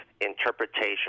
interpretation